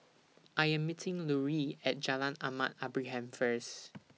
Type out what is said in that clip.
I Am meeting Larue At Jalan Ahmad Ibrahim First